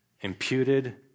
imputed